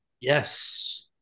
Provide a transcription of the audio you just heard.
Yes